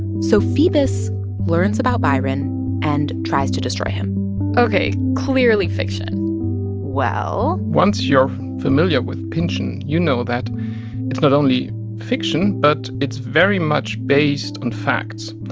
so phoebus learns about byron and tries to destroy him ok. clearly fiction well. once you're familiar with pynchon, you know that it's not only fiction, but it's very much based on facts.